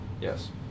Yes